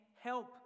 help